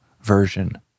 version